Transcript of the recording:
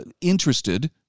interested